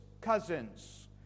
cousins